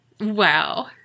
Wow